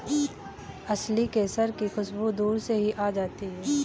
असली केसर की खुशबू दूर से ही आ जाती है